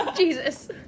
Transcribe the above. Jesus